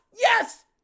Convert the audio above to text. Yes